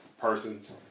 persons